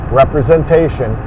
representation